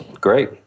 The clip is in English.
great